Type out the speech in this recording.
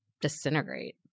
disintegrate